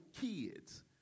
kids